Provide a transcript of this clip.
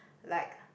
like